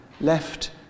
left